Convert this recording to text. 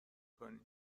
کنی